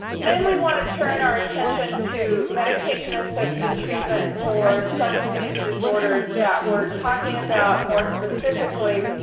then, we want to turn our attention to medication-assisted treatment for substance use disorders that we're talking about, more specifically,